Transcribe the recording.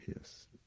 yes